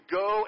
go